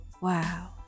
wow